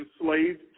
enslaved